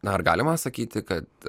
na ar galima sakyti kad